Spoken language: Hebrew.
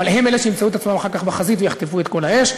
אבל הם אלה שימצאו את עצמם אחר כך בחזית ויחטפו את כל האש.